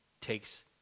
takes